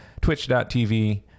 twitch.tv